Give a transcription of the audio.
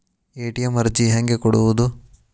ATM ಅರ್ಜಿ ಹೆಂಗೆ ಕೊಡುವುದು?